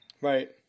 Right